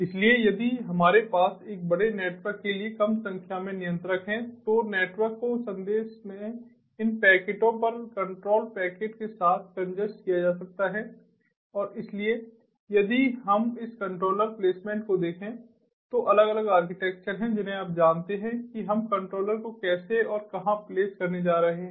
इसलिए यदि हमारे पास एक बड़े नेटवर्क के लिए कम संख्या में नियंत्रक हैं तो नेटवर्क को संदेश में इन पैकेटों पर कंट्रोल पैकेट के साथ कंजेस्ट किया जा सकता है और इसलिए यदि हम इस कंट्रोलर प्लेसमेंट को देखें तो अलग अलग आर्किटेक्चर हैं जिन्हें आप जानते हैं कि हम कंट्रोलर को कैसे और कहां प्लेस करने जा रहे हैं